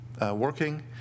working